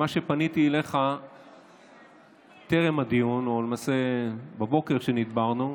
פניתי אליך טרם הדיון, או למעשה בבוקר, כשנדברנו,